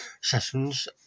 sessions